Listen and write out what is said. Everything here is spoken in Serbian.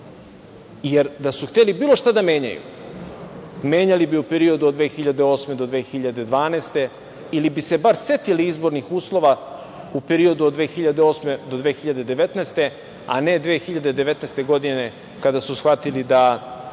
jer da su hteli bilo šta da menjaju, menjali bi u periodu od 2008. do 2012. godine ili bi se bar setili izbornih uslova u periodu od 2008. do 2019. godine, a ne 2019. godine, kada su shvatili da